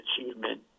achievement